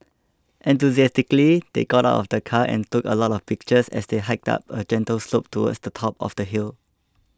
enthusiastically they got out of the car and took a lot of pictures as they hiked up a gentle slope towards the top of the hill